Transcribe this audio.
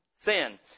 Sin